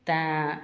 तैँ